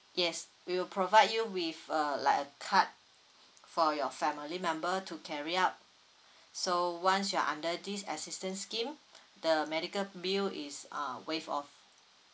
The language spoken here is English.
yes we will provide you with a like a card for your family member to carry up so once you're under this assistance scheme the medical bill is uh waived off